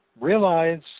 realize